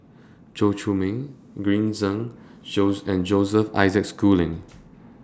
Chow Chee Yong Green Zeng and Joseph Isaac Schooling